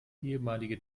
ehemalige